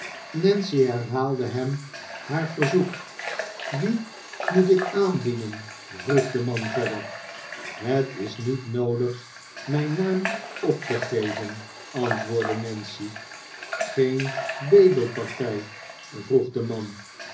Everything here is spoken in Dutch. nancy herhaalde hem haar verzoek wie moet ik aandienen vroeg de man verder het is niet noodig mijn naam op te geven antwoordde nancy geen bedelpartij vroeg de man